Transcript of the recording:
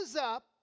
up